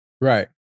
Right